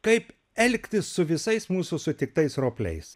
kaip elgtis su visais mūsų sutiktais ropliais